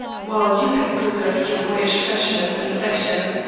while you have preserved your boyish freshness and affection.